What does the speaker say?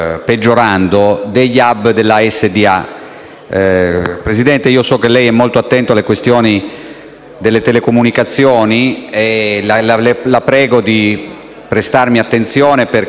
Presidente, so che lei è molto attento alle questioni delle telecomunicazioni e la prego di prestare attenzione perché potrebbe